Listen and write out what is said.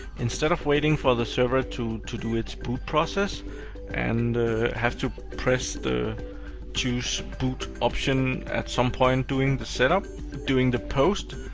instead of waiting for the server to to do its boot process and have to press the choose option at some point during the set up during the post,